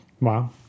Wow